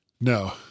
no